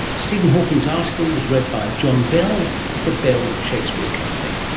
stephen hawking's article was read by john bell of the bell shakespeare company.